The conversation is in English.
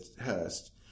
Hurst